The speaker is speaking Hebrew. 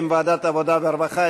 בשם ועדת העבודה והרווחה.